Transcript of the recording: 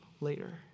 later